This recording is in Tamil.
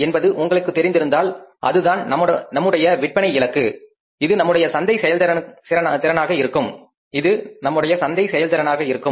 என்பது உங்களுக்கு தெரிந்திருந்தால் அதுதான் நம்முடைய விற்பனை இலக்கு இது நம்முடைய சந்தை செயல்திறனாக இருக்கும்